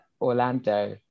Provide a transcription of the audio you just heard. Orlando